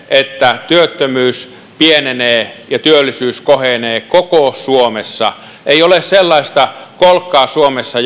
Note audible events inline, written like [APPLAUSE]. että työttömyys pienenee ja työllisyys kohenee koko suomessa ei ole sellaista kolkkaa suomessa [UNINTELLIGIBLE]